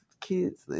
kids